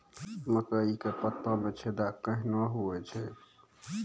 मकई के पत्ता मे छेदा कहना हु छ?